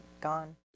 gone